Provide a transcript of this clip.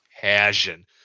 passion